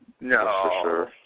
No